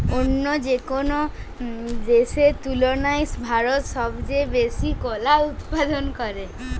অন্য যেকোনো দেশের তুলনায় ভারত সবচেয়ে বেশি কলা উৎপাদন করে